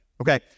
Okay